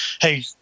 hey